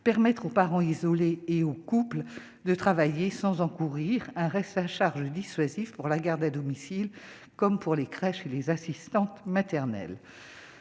permettre aux parents isolés et aux couples de travailler sans encourir un reste à charge dissuasif pour la garde à domicile, comme pour les crèches et les assistantes maternelles,